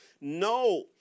No